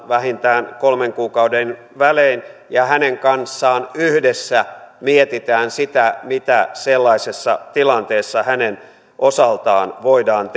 vähintään kolmen kuukauden välein ja hänen kanssaan yhdessä mietitään sitä mitä sellaisessa tilanteessa hänen osaltaan voidaan